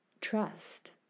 trust